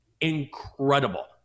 incredible